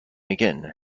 again